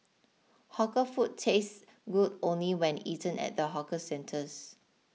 hawker food tastes good only when eaten at the hawker centres